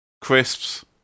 crisps